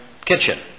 kitchen